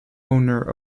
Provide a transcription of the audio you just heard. owner